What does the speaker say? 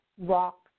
rock